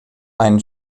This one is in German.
ein